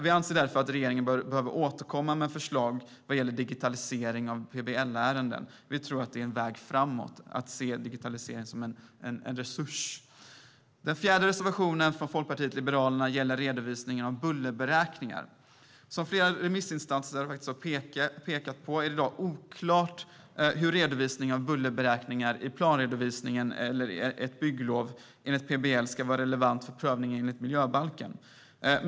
Vi anser därför att regeringen behöver återkomma med förslag vad gäller digitalisering av PBL-ärenden. Vi tror att det är en väg framåt att se digitaliseringen som en resurs. Den fjärde reservationen från Folkpartiet liberalerna gäller redovisningen av bullerberäkningar. Som flera remissinstanser har pekat på är det i dag oklart hur redovisningen av bullerberäkningar i en planbeskrivning eller ett bygglov enligt PBL ska vara relevant för prövning enligt miljöbalken.